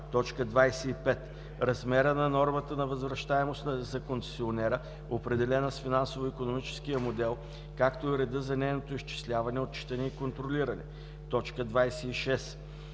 право; 25. размера на нормата на възвръщаемост за концесионера, определена с финансово-икономическия модел, както и реда за нейното изчисляване, отчитане и контролиране; 26.